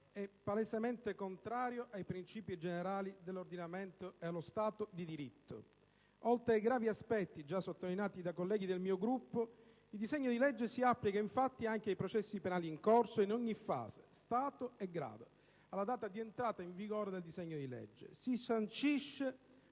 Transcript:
è palesemente contrario ai princìpi generali dell'ordinamento e allo Stato di diritto. Oltre ai gravi aspetti già sottolineati da colleghi del mio Gruppo, il disegno di legge si applica infatti anche ai processi penali in corso, in ogni fase, stato e grado, alla data di entrata in vigore del disegno di legge. Si sancisce,